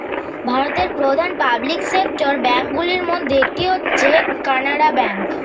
ভারতের প্রধান public sector bank গুলির মধ্যে একটি হচ্ছে কানারা ব্যাঙ্ক